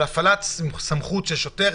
אני מדבר על הפעלת סמכות של שוטר.